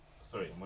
sorry